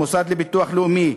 המוסד לביטוח לאומי,